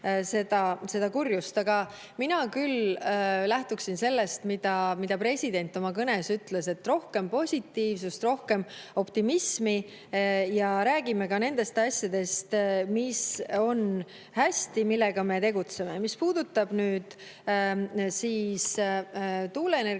seda kurjust. Aga mina küll lähtuksin sellest, mida president oma kõnes ütles, et rohkem positiivsust, rohkem optimismi ja räägime ka nendest asjadest, mis on hästi, millega me tegutseme. Mis puudutab tuuleenergeetikat